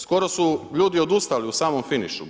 Skoro su ljudi odustali u samom finišu.